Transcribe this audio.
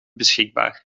beschikbaar